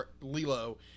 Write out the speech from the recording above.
Lilo